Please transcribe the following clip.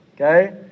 Okay